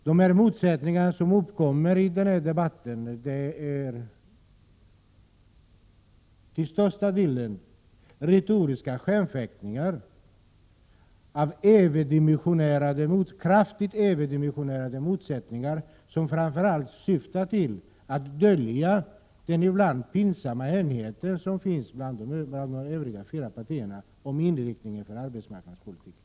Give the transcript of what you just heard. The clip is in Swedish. De motsättningar som uppkommer den här debatten är till största delen retoriska skenfäktningar om kraftigt överdimensionerade motsättningar, som framför allt syftar till att dölja den ibland pinsamma hemligheten bland de övriga fyra partierna om inriktningen för arbetsmarknadspolitiken.